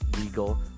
legal